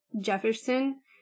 Jefferson